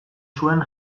zuen